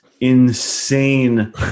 insane